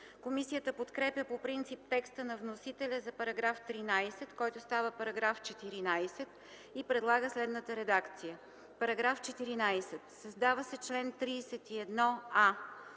Комисията подкрепя по принцип текста на вносителя за § 13, който става § 14, и предлага следната редакция: „§ 14. Създава се чл. 31a: